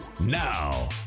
Now